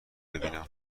ببینم